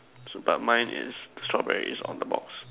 so but mine is strawberries on the box